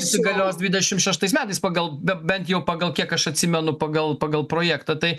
įsigalios dvidešimt šeštais metais pagal bent jau pagal kiek aš atsimenu pagal pagal projektą tai